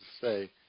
say